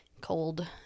cold